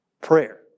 prayer